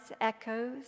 echoes